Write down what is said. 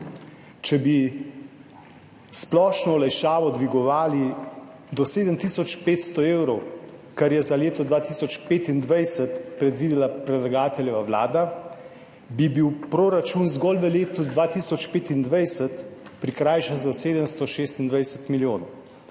Če bi splošno olajšavo dvigovali do 7 tisoč 500 evrov, kar je za leto 2025 predvidela predlagateljeva vlada, bi bil proračun zgolj v letu 2025 prikrajšan za 726 milijonov.